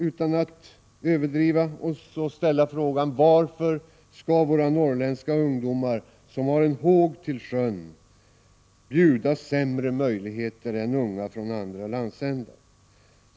Utan överdrift kan man ställa frågan: Varför skall norrländska ungdomar som har en håg till sjön bjudas sämre möjligheter än unga från andra landsändar?